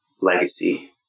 legacy